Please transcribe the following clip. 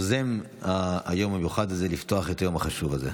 יוזם היום המיוחד הזה, לפתוח את היום החשוב הזה.